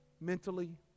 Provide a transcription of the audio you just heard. mentally